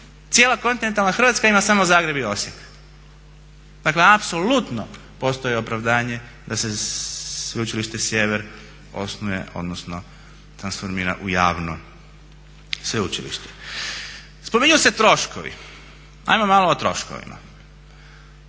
Cijela kontinentalna Hrvatska ima samo Zagreb i Osijek, dakle apsolutno postoji opravdanje da se Sveučilište Sjever osnuje odnosno transformira u javno sveučilište. Spominju se troškovi, ajmo malo o troškovima.